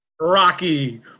Rocky